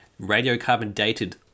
radiocarbon-dated